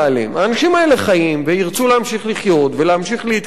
האנשים האלה חיים וירצו להמשיך לחיות ולהמשיך להתקיים,